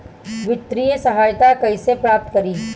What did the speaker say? वित्तीय सहायता कइसे प्राप्त करी?